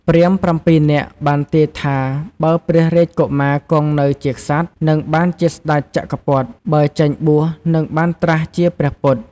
ព្រាហ្មណ៍ ៧ នាក់ បានទាយថាបើព្រះរាជកុមារគង់នៅជាក្សត្រ នឹងបានជាស្តេចចក្រពត្តិ បើចេញបួសនឹងបានត្រាស់ជាព្រះពុទ្ធ។